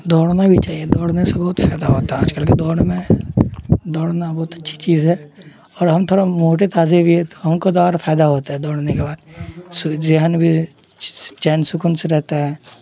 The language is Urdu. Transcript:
دوڑنا بھی چاہیے دوڑنے سے بہت فائدہ ہوتا ہے آج کل کے دوڑ میں دوڑنا بہت اچھی چیز ہے اور ہم تھوڑا موٹے تازے بھی ہے تو ہم کو تو اور فائدہ ہوتا ہے دوڑنے کے بعد سو ذہن بھی چین سکون سے رہتا ہے